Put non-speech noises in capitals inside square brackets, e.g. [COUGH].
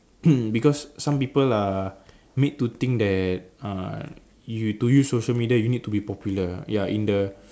[COUGHS] because some people are made to think that uh you to use social media you need to be popular ah in the